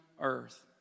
earth